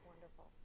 wonderful